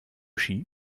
ski